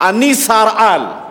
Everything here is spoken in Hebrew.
אני שר-על.